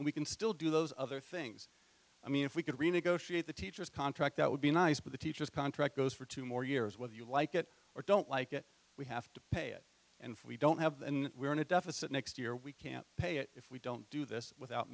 we can still do those other things i mean if we could renegotiate the teacher's contract that would be nice but the teachers contract goes for two more years whether you like it or don't like it we have to pay it and we don't have in we're in a deficit next year we can't pay it if we don't do this without